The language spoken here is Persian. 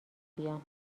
بیام